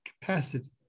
capacity